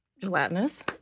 gelatinous